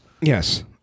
Yes